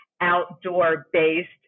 outdoor-based